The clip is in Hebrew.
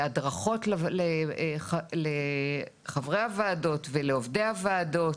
הדרכות לחברי הוועדות ולעובדי הוועדות,